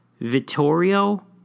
Vittorio